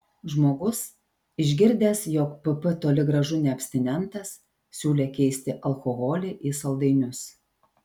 žmogus išgirdęs jog pp toli gražu ne abstinentas siūlė keisti alkoholį į saldainius